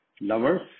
lovers